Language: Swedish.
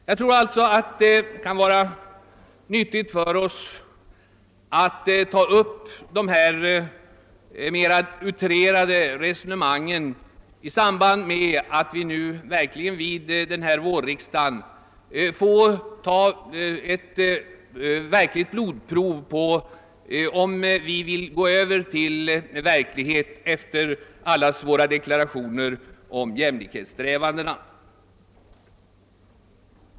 Jag anser därför att det kan vara nyttigt för oss att ta upp dessa outrerade resonemang i samband med att vi nu vid denna vårriksdag får ta ett verkligt blodprov på om vi vill gå över till handling efter alla deklarationerna om jämlikhetssträvanden.